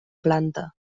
planta